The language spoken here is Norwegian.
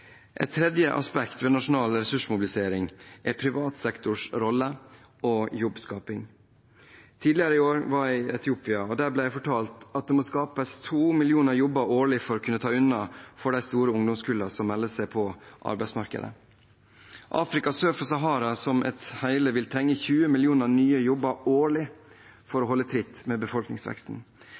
Et tredje aspekt ved nasjonal ressursmobilisering er privat sektors rolle og jobbskaping. Tidligere i år var jeg i Etiopia. Der ble jeg fortalt at det må skapes to millioner jobber årlig for å kunne ta unna for de store ungdomskullene som melder seg på arbeidsmarkedet. Afrika sør for Sahara som et hele vil trenge 20 millioner nye jobber årlig for å holde tritt med befolkningsveksten.